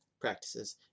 practices